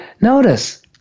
notice